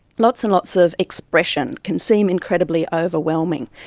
lots and lots of expression can seem incredibly overwhelming.